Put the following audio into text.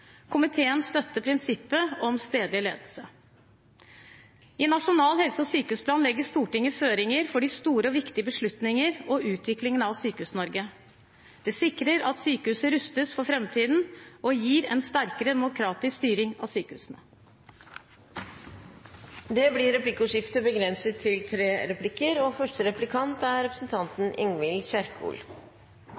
Komiteen støtter prinsippet om stedlig ledelse. I Nasjonal helse- og sykehusplan legger Stortinget føringer for store og viktige beslutninger og utviklingen av Sykehus-Norge. Det sikrer at sykehuset rustes for framtiden og gir en sterkere demokratisk styring av sykehusene. Det blir replikkordskifte. Kirurgisk akuttberedskap forsvinner fra de minste sykehusene. Det er